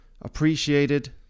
appreciated